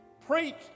Preach